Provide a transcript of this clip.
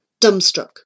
dumbstruck